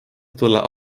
tulla